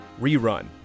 Rerun